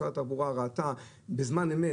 משרד התחבורה ראה בזמן אמת,